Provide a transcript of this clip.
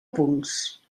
punts